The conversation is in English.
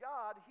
God